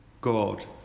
God